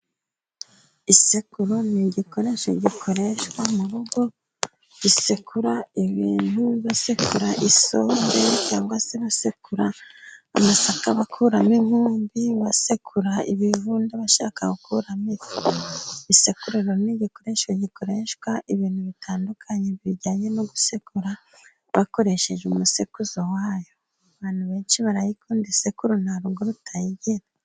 Isekuru ni igikoresho gikoreshwa mu rugo, gisekura ibintu basekura isombe, cyangwa se basekura amasaka bakuramo inkumbi, basekura ibivunde bashaka gukuramo ifu. Isekuro n'igikoresho gikoreshwa ibintu bitandukanye bijyanye no gusekura bakoresheje umusekuzo wayo, abantu benshi barayikunda isekuru nta rugo rutayigira.